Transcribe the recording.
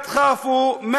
(אומר